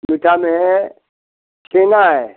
मीठा में है छेना है